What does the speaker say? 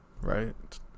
right